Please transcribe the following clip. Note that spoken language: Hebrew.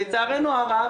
לצערנו הרב,